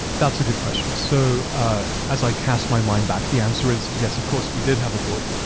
that's a good question. so ah as i cast my mind back, the answer is yes, of course, we did have a board.